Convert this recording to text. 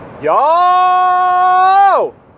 Yo